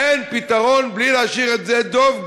אין פתרון בלי להשאיר את שדה דב,